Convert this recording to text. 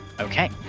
Okay